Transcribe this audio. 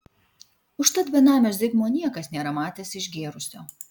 užtat benamio zigmo niekas nėra matęs išgėrusio